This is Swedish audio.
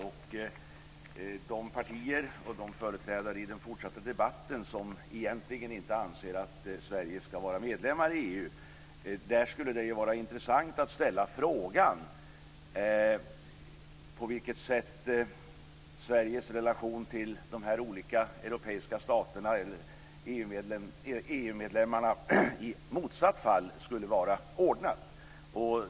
Till de partier och de företrädare i den fortsatta debatten som egentligen inte anser att Sverige ska vara medlem i EU skulle det vara intressant att ställa frågan på vilket sätt Sveriges relation till de olika europeiska staterna och EU-medlemmarna i motsatt fall skulle vara ordnat.